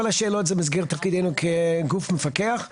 כל השאלות זה במסגרת תפקידנו כגוף מפקח.